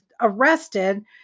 arrested